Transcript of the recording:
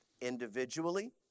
individually